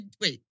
wait